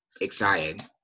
excited